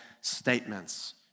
statements